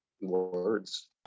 words